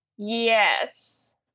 Yes